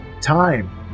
Time